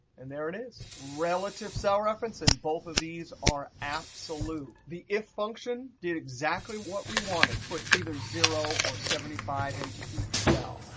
and there it is relative cell reference. and both of these are absolute. the if function did exactly what we wanted, put either zero or seventy five into each cell.